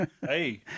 Hey